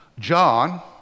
John